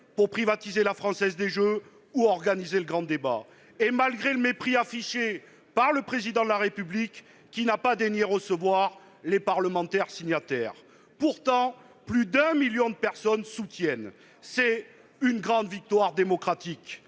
pour privatiser la Française des jeux ou organiser le grand débat, et malgré le mépris affiché par le Président de la République, qui n'a pas daigné recevoir les parlementaires signataires. Pourtant, ce soutien apporté par plus d'un million de personnes est une grande victoire démocratique.